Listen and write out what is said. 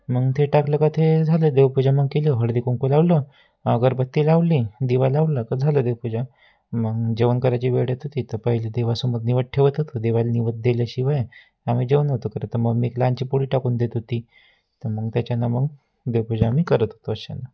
मग ते टाकलं का ते झालं देवपूजा मग केलं हळदी कुंकू लावलं अगरबत्ती लावली दिवा लावलं का झालं देवपूजा मग जेवण करायची वेळ येत होती तर पहिले देवासमोर निवेद ठेवत होतो देवाला निवेद दिल्याशिवाय आम्ही जेवण नव्हतो करत तर मम्मी एक लहानशी पोळी टाकून देत होती तर मग त्याच्यानं मग देवपूजा आम्ही करत होतो अशानं